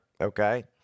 okay